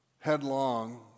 headlong